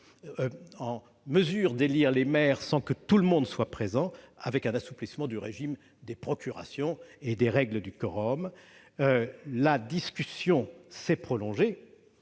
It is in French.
en mesure d'élire les maires sans que tout le monde soit présent, grâce à un assouplissement du régime des procurations et des règles de quorum. La discussion s'est prolongée.